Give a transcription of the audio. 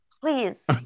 Please